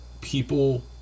people